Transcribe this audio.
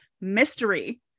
mystery